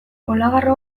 olagarro